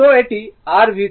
সুতরাং এটি r V3